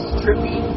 trippy